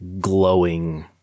glowing